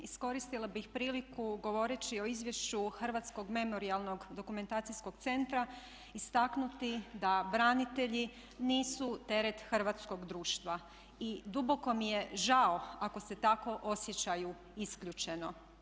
Iskoristila bih priliku govoreći o Izvješću Hrvatskog memorijalnog-dokumentacijskog centra, istaknuti da branitelji nisu teret hrvatskog društva i duboko mi je žao ako se tako osjećaju isključeno.